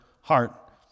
heart